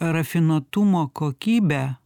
rafinuotumo kokybę